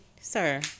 sir